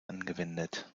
angewendet